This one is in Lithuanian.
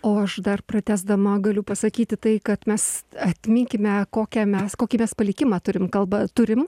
o aš dar pratęsdama galiu pasakyti tai kad mes atminkime kokią mes kokybės palikimą turim kalbą turim